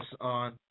on